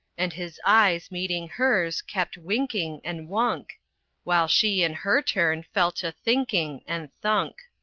and his eyes, meeting hers, kept winking, and wunk while she, in her turn, fell to thinking, and thunk.